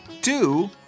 Two